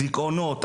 דיכאונות,